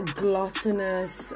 gluttonous